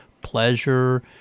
pleasure